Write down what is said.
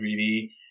3D